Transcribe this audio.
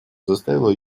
заставил